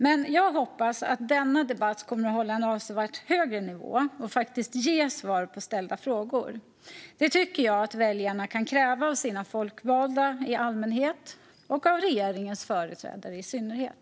Men jag hoppas att denna debatt kommer att hålla en avsevärt högre nivå och faktiskt ge svar på ställda frågor. Det tycker jag att väljarna kan kräva av sina folkvalda i allmänhet och av regeringens företrädare i synnerhet.